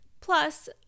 Plus